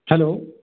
hello